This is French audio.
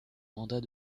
mandat